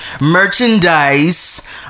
merchandise